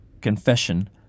Confession